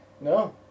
No